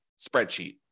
spreadsheet